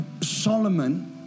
Solomon